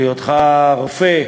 בהיותך רופא,